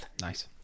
Nice